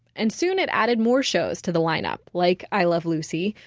and soon it added more shows to the lineup, like i love lucy,